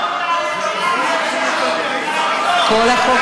כל החוק